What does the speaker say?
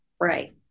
Right